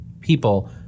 people